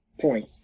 point